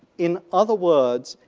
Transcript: in other words,